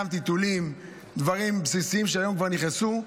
גם טיטולים, ודברים בסיסיים שהיום כבר נכנסו.